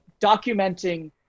documenting